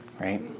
right